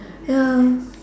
ya